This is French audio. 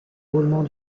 roulement